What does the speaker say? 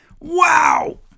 Wow